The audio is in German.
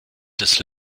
des